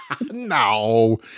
No